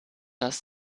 das